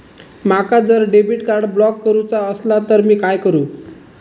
माका जर debit card block करूचा असला तर मी काय करू?